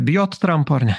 bijot trampo ar ne